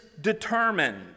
determined